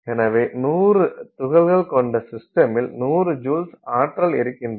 எனவே 100 துகள்கள் கொண்ட சிஸ்டமில் 100 ஜூல்ஸ் ஆற்றல் இருக்கின்றன